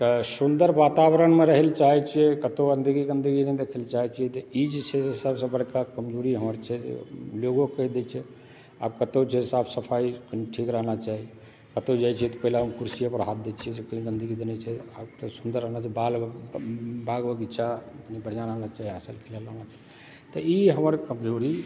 तऽ सुन्दर वातावरणमे रहै ला चाहै छियै कतहुँ गन्दगी गन्दगी नहि देखै ला चाहै छियै तऽई जे छै सबसँ बड़का कमजोरी हमर छै जे लोगो कहि देइ छै आ कतहुँ जे साफ सफाइ कनि ठीक रहना चाही कतहुँ जाइ छियै तऽ पहिले हम कुर्सिए पर हाथ दए छियै जे कही गन्दगी तऽ नहि छै आ सुन्दर रहना छै आ बाग बगीचा कनि बढ़िआँ रहना चाही इएह सब केलहुँ तऽ ई हमर कमजोरी